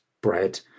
bread